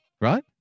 right